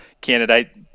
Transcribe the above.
candidate